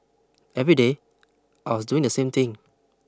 every day I was doing the same thing